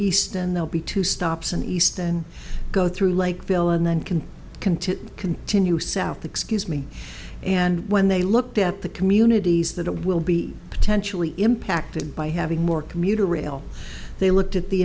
east and they'll be two stops in east and go through like bill and then can continue continue south excuse me and when they looked at the communities that will be potentially impacted by having more commuter rail they looked at the